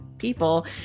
people